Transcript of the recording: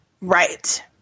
Right